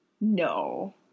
No